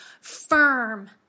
firm